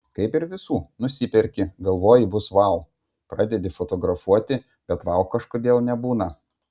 kaip ir visų nusiperki galvoji bus vau pradedi fotografuoti bet vau kažkodėl nebūna